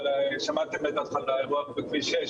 אבל שמעתם את האירוע בכביש 6,